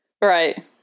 Right